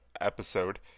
episode